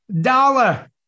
dollar